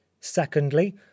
secondly